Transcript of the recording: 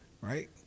right